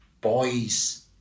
Boys